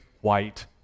white